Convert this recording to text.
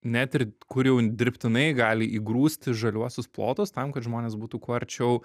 net ir kur jau dirbtinai gali įgrūsti žaliuosius plotus tam kad žmonės būtų kuo arčiau